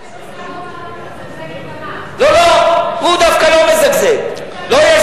תשאל את שר האוצר למה הוא מזגזג עם "תמר".